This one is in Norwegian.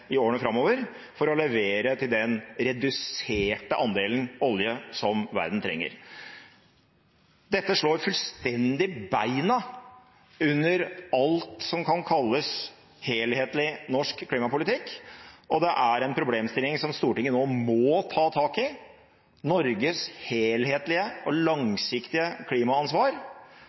i årene framover for å levere i henhold til den reduserte andelen olje som verden trenger. Dette slår fullstendig beina under alt som kan kalles helhetlig norsk klimapolitikk, og det er en problemstilling som Stortinget nå må ta tak i – Norges helhetlige og langsiktige klimaansvar,